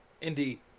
Indeed